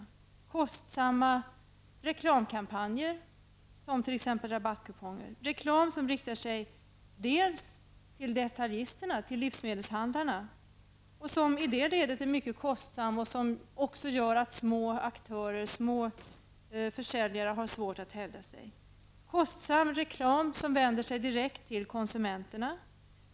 Det gäller kostsamma reklamkampanjer som t.ex. rabattkuponger. Det gäller reklam som riktar sig till detaljisterna, livsmedelshandlarna, som är mycket kostsam och medför att små aktörer och försäljare har svårt att hävda sig. Det gäller även kostsam reklam som vänder sig direkt till konsumenterna.